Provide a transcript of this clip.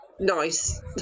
Nice